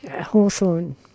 Hawthorne